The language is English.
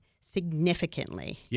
significantly